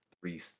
three